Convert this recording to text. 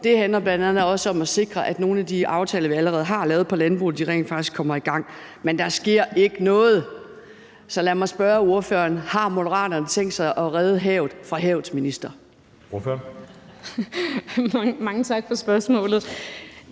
Det handler bl.a. også om at sikre, at nogle af de aftaler, vi allerede har lavet i forhold til landbruget, rent faktisk kommer i gang. Men der sker ikke noget. Så lad mig spørge ordføreren: Har Moderaterne tænkt sig at redde havet fra havets minister? Kl. 16:02 Anden næstformand